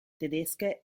tedesche